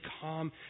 calm